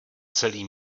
celý